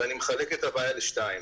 ואני מחלק את הבעיה לשניים.